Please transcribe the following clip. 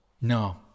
No